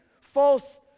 false